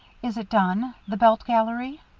is it done the belt gallery?